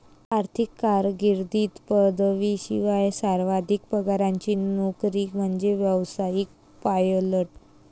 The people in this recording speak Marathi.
आर्थिक कारकीर्दीत पदवीशिवाय सर्वाधिक पगाराची नोकरी म्हणजे व्यावसायिक पायलट